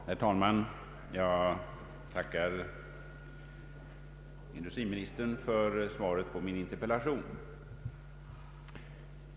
Herr talman! Jag tackar industriministern för svaret på min interpellation.